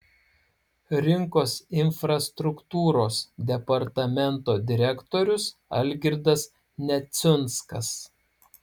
rinkos infrastruktūros departamento direktorius algirdas neciunskas